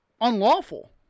unlawful